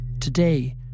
Today